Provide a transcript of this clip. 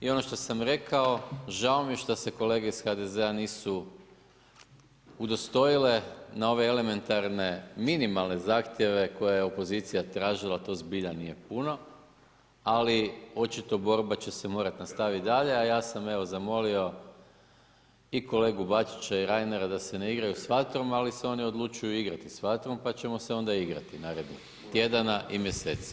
I ono što sam rekao, žao mi je što se kolege iz HDZ-a nisu udostojile na ove elementarne minimalne zahtjeve koje je opozicija tražila to zbilja nije puno, ali očito borba će se morat nastaviti dalje, a ja sam evo zamolio i kolegu Bačića i Reinera da se ne igraju s vatrom ali se oni odlučuju igrati s vatrom pa ćemo se onda igrati narednih tjedana i mjeseci.